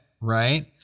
right